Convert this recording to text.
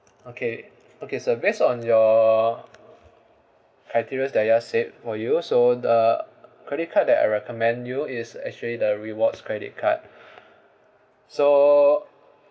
okay okay so base on your criteria that we all set for you so the credit card that I recommend you is actually the rewards credit card so